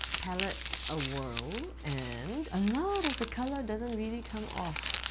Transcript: palette a whirl. and a lot of the colour doesn't really come off.